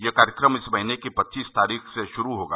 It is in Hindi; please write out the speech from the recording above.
यह कार्यक्रम इस महीने की पच्चीस तारीख से शुरू होगा